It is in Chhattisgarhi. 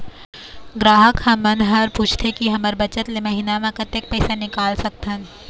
ग्राहक हमन हर पूछथें की हमर बचत ले महीना मा कतेक तक पैसा निकाल सकथन?